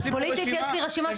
יש לי פה רשימה.